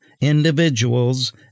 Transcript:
individuals